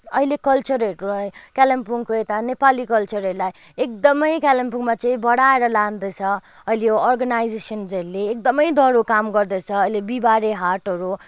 अहिले कल्चरहरूको कालिम्पोङको यता नेपाली कल्चरहरूलाई एकदमै कालिम्पोङमा चाहिँ बढाएर लाँदैछ अहिले यो अर्गनाइजेसन्सहरूले एकदमै दह्रो काम गर्दैछ अहिले बिहिबारे हाटहरू